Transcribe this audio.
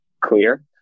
clear